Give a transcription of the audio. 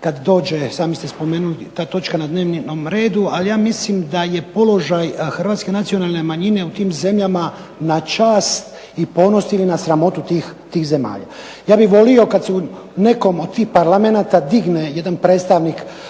kada dođe, sami ste spomenuli, ta točka na dnevni red, ali ja mislim da je položaj Hrvatske nacionalne manjine na čast ili na ponos ili na sramotu tih zemalja. Ja bih volio kada se u nekom od tih parlamenata digne jedan predstavnik